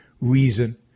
reason